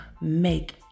make